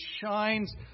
shines